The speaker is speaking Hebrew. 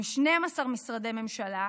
עם 12 משרדי ממשלה.